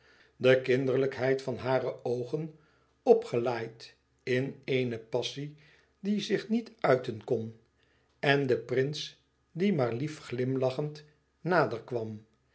de kinderlijkheid van hare oogen opgelaaid in eene passie die zich niet uiten kon en den prins die maar lief glimlachend nader kwam